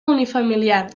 unifamiliar